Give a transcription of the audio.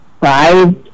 five